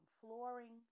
Flooring